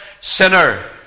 sinner